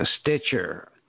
Stitcher